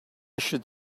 should